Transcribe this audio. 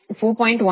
ಆದ್ದರಿಂದ ನೀವು j4